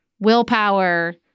willpower